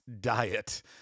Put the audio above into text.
diet